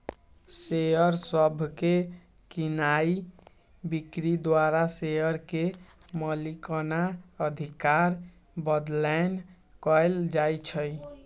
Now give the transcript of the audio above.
share सभके कीनाइ बिक्री द्वारा शेयर के मलिकना अधिकार बदलैंन कएल जाइ छइ